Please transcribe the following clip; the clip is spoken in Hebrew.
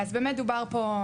באמת דובר פה,